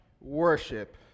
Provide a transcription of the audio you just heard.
worship